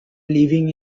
living